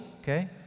Okay